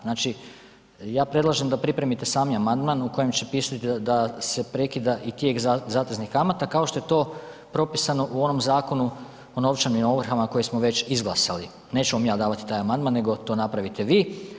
Znači, ja predlažem da pripremite sami amandman u kojem će pisati da se prekida i tijek zateznih kamata kao što je to propisano u onom Zakonu o novčanim ovrhama koji smo već izglasali, neću vam ja davati taj amandman, nego to napravite vi.